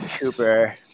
Cooper